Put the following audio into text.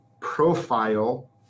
profile